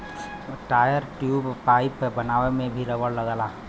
tyre, tube, pipe बनावे में भी रबड़ लगला